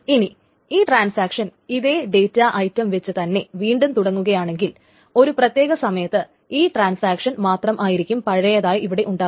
ഇനി ഈ ട്രാൻസാക്ഷൻ ഇതേ ഡേറ്റാ ഐറ്റം വച്ചു തന്നെ വീണ്ടും തുടങ്ങുകയാണെങ്കിൽ ഒരു പ്രത്യേക സമയത്ത് ഈ ട്രാൻസാക്ഷൻ മാത്രമായിരിക്കും പഴയതായി ഇവിടെ ഉണ്ടാവുക